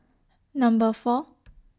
Number four